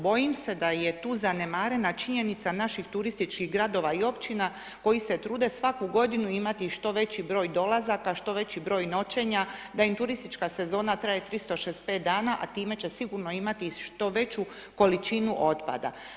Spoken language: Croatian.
Bojim se da je tu zanemarena činjenica, naših turističkih gradova i općina, koji se trude svaku g. imati što veći br. dolazaka, što veći br. noćenja da im turistička sezona traje 365 dana, a time će sigurno imati i što veću količinu otpada.